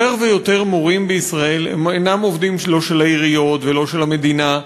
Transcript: יותר ויותר מורים בישראל אינם עובדים לא של העיריות ולא של המדינה,